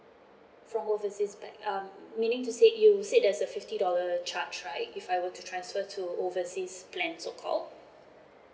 from overseas back um meaning to say you said there's a fifty dollar charge right if I were to transfer to overseas plan so called